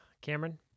Cameron